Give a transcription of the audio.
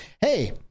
hey